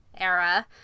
era